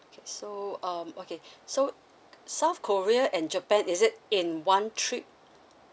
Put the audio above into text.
okay so um okay so south korea and japan is it in one trip